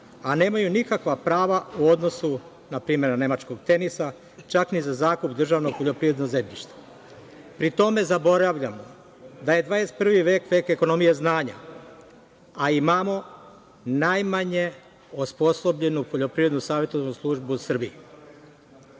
a nemaju nikakva prava u odnosu na primeru nemačkog „Tenisa“ čak ni za zakup državnog poljoprivrednog zemljišta. Pri tome, zaboravljamo da je 21. vek – vek ekonomije znanja, a imamo najmanje osposobljenu poljoprivrednu savetodavnu službu u Srbiji. Predlog